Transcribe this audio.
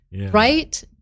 right